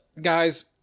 guys